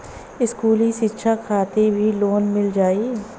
इस्कुली शिक्षा खातिर भी लोन मिल जाई?